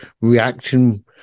reacting